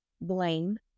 blame